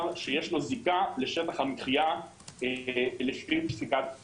שיש לו זיקה לשטח המחיה לפי פסיקת בג"צ.